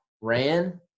ran